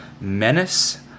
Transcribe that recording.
Menace